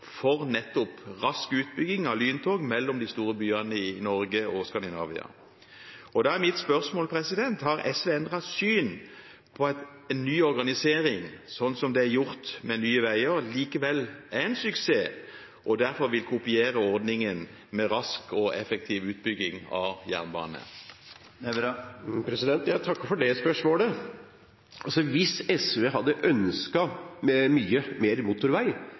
for nettopp rask utbygging av lyntog mellom de store byene i Norge og Skandinavia. Da er mitt spørsmål: Har SV endret syn på den nye organiseringen, sånn som det er gjort med Nye Veier, at det er en suksess og at de derfor vil kopiere ordningen med rask og effektiv utbygging av jernbane? Jeg takker for det spørsmålet. Hvis SV hadde ønsket mye mer motorvei,